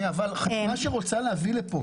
חברה שרוצה להביא לכאן,